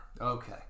Okay